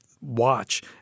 watch